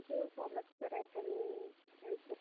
thank you so much sir అయితే మీ help కోసం